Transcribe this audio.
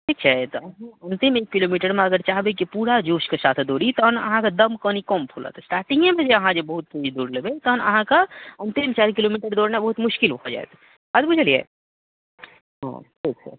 ठीक छै तऽ अन्तिम तीन किलोमीटरमे चाहबै कि पूरा जोशके साथ दौड़ी तहन अहाँके दम कनि कम फुलत स्टार्टिंगेमे जे अहाँके जे बहुत तेज दौड़ लेबै तहन अहाँके अन्तिम चारि किलोमीटर दौड़नाइ बहुत मश्किल भऽ जायत बात बुझलियै हँ ठीक छै